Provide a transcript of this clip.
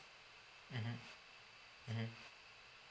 mmhmm mmhmm